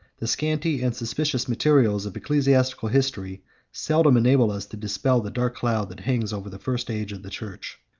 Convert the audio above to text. the scanty and suspicious materials of ecclesiastical history seldom enable us to dispel the dark cloud that hangs over the first age of the church.